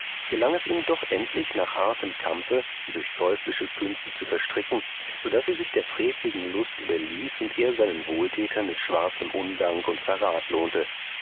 gelang es ihm doch endlich nach hartem kampfe sie durch teuflische künste zu verstricken so daß sie sich der freveligen lust überließ und er seinen wohltäter mit schwarzem undank und verrat lohnte